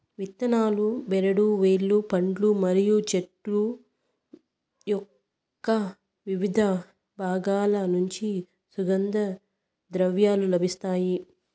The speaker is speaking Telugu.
ఇత్తనాలు, బెరడు, వేర్లు, పండ్లు మరియు చెట్టు యొక్కవివిధ బాగాల నుంచి సుగంధ ద్రవ్యాలు లభిస్తాయి